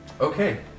Okay